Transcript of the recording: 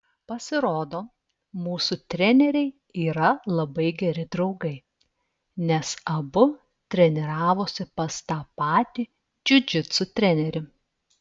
pasirodo mūsų treneriai yra labai geri draugai nes abu treniravosi pas tą patį džiudžitsu trenerį